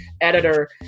editor